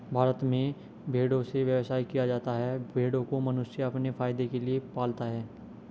भारत में भेड़ों से व्यवसाय किया जाता है भेड़ों को मनुष्य अपने फायदे के लिए पालता है